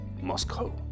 Moscow